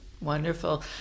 Wonderful